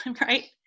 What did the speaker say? Right